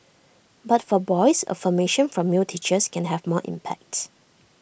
but for boys affirmation from male teachers can have more impact